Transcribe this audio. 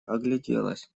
огляделась